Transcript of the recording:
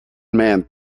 man